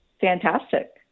fantastic